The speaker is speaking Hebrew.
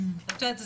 את יודעת,